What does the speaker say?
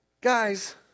Guys